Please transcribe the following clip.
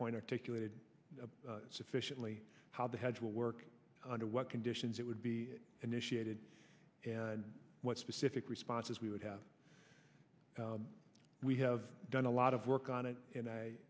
point articulated a sufficiently how the heads will work under what conditions it would be initiated and what specific responses we would have we have done a lot of work on it and i